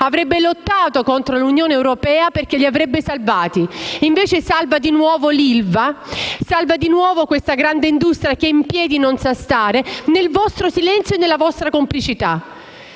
avrebbe lottato contro l'Unione europea e li avrebbe salvati. Invece salva di nuovo l'ILVA. Salva di nuovo questa grande industria che in piedi non sa stare, nel vostro silenzio e nella vostra complicità.